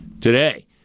today